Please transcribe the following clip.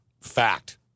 Fact